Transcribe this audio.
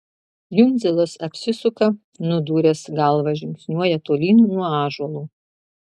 jundzilas apsisuka nudūręs galvą žingsniuoja tolyn nuo ąžuolo